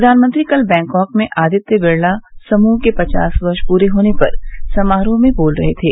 प्रधानमंत्री कल बैंकॉक में आदित्य बिरला समूह के पचास वर्ष पूरे होने पर समारोह में बोल रहे थे